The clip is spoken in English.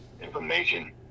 information